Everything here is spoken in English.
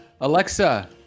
Alexa